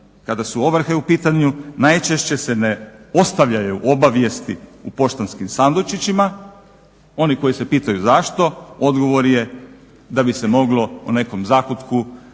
Kada su ovrhe u pitanju najčešće se ne ostavljaju obavijesti u poštanskim sandučićima. Oni koji se pitaju zašto odgovor je da bi se moglo u nekom zakutku